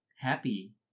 happy